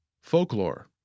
Folklore